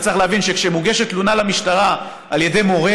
וצריך להבין שכשמוגשת תלונה למשטרה על ידי מורה